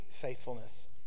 faithfulness